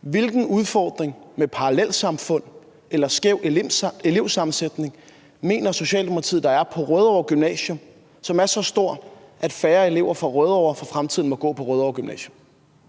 Hvilken udfordring med parallelsamfund eller skæv elevsammensætning mener Socialdemokratiet der er på Rødovre Gymnasium, som er så stor, at færre elever fra Rødovre for fremtiden må gå på Rødovre Gymnasium?